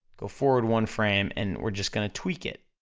go forward one frame, and we're just gonna tweak it,